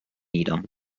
nieder